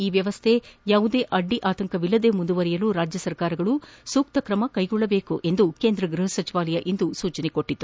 ಈ ವ್ಯವಸ್ಥೆ ಯಾವುದೇ ಅಡ್ಡಿಇಲ್ಲದೆ ಮುಂದುವರೆಯಲು ರಾಜ್ಯ ಸರ್ಕಾರಗಳು ಸೂಕ್ತ ಕ್ರಮ ಕೈಗೊಳ್ಳಬೇಕು ಎಂದು ಕೇಂದ್ರ ಗೃಹ ಸಚಿವಾಲಯ ಇಂದು ಸೂಚಿಸಿದೆ